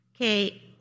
Okay